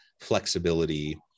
flexibility